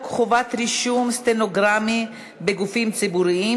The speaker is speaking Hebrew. חובת רישום סטנוגרמי בגופים ציבוריים,